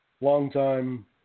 longtime